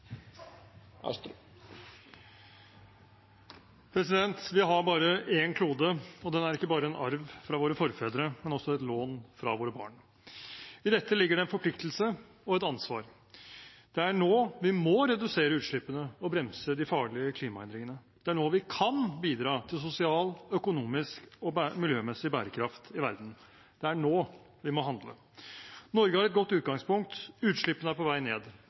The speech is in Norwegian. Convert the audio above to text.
Vi har bare én klode, og den er ikke bare en arv fra våre forfedre, men også et lån fra våre barn. I dette ligger det en forpliktelse og et ansvar. Det er nå vi må redusere utslippene og bremse de farlige klimaendringene. Det er nå vi kan bidra til sosial, økonomisk og miljømessig bærekraft i verden. Det er nå vi må handle. Norge har et godt utgangspunkt. Utslippene er på vei ned.